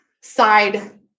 side